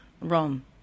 Rome